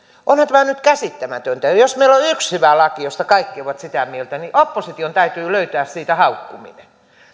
onhan tämä nyt käsittämätöntä jos meillä on yksi hyvä laki josta kaikki ovat sitä mieltä niin opposition täytyy löytää siitä haukkuminen